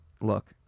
look